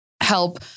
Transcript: help